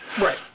Right